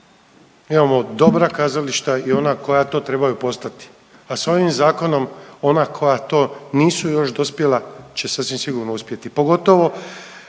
imamo dobra kazališta i ona koja to trebaju postati, a s ovim zakonom ona koja to nisu još dospjela će sasvim sigurno uspjeti, pogotovo